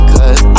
Cause